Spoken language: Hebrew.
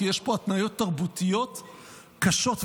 כי יש פה התניות תרבותיות קשות וכואבות.